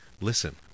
listen